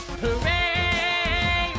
hooray